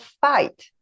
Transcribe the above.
fight